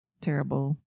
Terrible